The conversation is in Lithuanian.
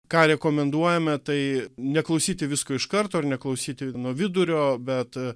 ką rekomenduojame tai neklausyti visko iš karto neklausyti nuo vidurio bet